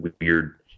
weird